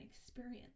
experience